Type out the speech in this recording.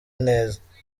neza